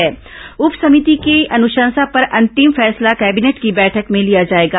चौबे की उप समिति के अनुशंसा पर अंतिम फैसला कैबिनेट की बैठक में लिया जाएगा